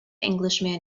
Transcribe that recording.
englishman